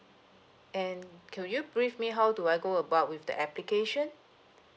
and could you brief me how do I go about with the application